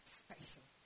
special